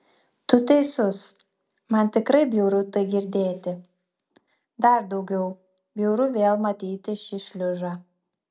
tu teisus man tikrai bjauru tai girdėti dar daugiau bjauru vėl matyti šį šliužą